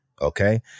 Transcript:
Okay